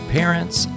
parents